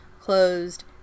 closed